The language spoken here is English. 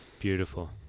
Beautiful